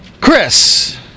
Chris